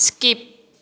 skip